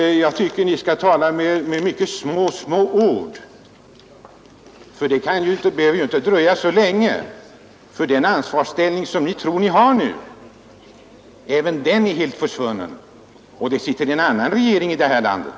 Jag tycker ni skall tala med mycket små ord. Det behöver inte dröja så länge innan den ansvarsställning som ni tror att ni har nu är helt försvunnen och vi har en annan regering här i landet.